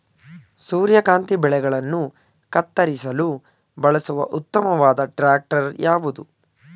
ಸೂರ್ಯಕಾಂತಿ ಬೆಳೆಗಳನ್ನು ಕತ್ತರಿಸಲು ಬಳಸುವ ಉತ್ತಮವಾದ ಟ್ರಾಕ್ಟರ್ ಯಾವುದು?